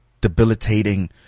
debilitating